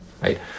right